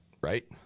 right